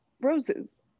roses